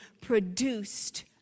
produced